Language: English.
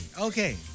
Okay